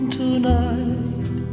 tonight